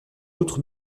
outre